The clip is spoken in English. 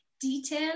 detail